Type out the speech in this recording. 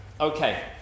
Okay